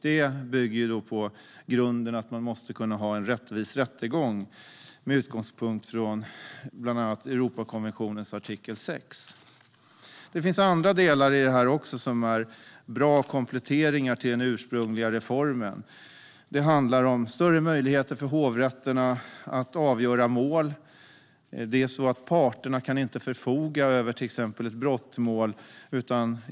Det bygger på grunden att man måste kunna ha en rättvis rättegång med utgångspunkt från bland annat Europakonventionens artikel 6. Det finns även andra delar i detta som är bra kompletteringar till den ursprungliga reformen. Det handlar om större möjligheter för hovrätterna att avgöra mål. Parterna kan till exempel inte förfoga över ett brottmål.